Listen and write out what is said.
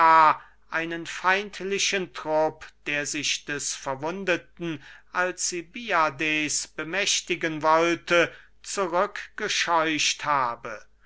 einen feindlichen trupp der sich des verwundeten alcibiades bemächtigen wollte zurück gescheucht habe